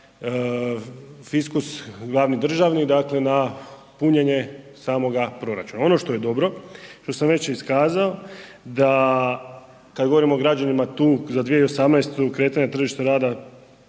fiskus glavni državni na punjenje samoga proračuna. Ono što je dobro, što sam već iskazao da kad govorimo o građanima tu za 2018. kretanje tržišta rada